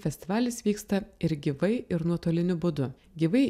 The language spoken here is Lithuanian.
festivalis vyksta ir gyvai ir nuotoliniu būdu gyvai